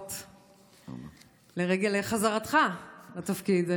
ברכות לרגל חזרתך לתפקיד.